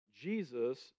Jesus